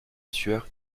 sueur